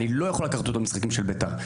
אני לא יכול לקחת אותו למשחקים של בית"ר.